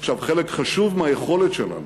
עכשיו, חלק חשוב מהיכולת שלנו